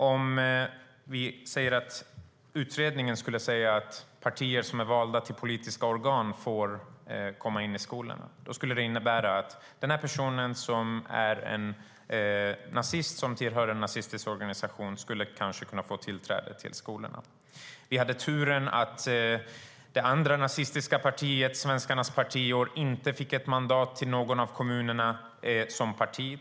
Om utredningen skulle säga att partier som är valda till politiska organ får komma in i skolorna skulle det innebära att den här personen, som tillhör en nazistisk organisation, kanske skulle få tillträde till skolorna. Vi hade turen att det andra nazistiska partiet, Svenskarnas parti, inte fick mandat i någon av kommunerna som parti.